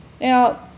Now